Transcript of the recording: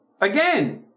again